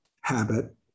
habit